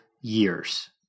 years